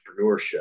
entrepreneurship